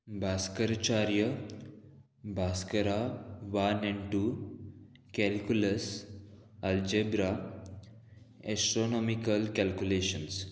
Bhaskaracharya Bhaskara one and two calculus algebra astronomical calculations